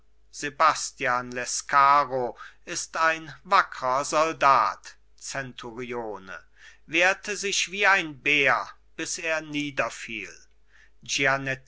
sebastian lescaro ist ein wackrer soldat zenturione wehrte sich wie ein bär bis er niederfiel